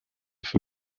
für